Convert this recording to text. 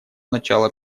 начала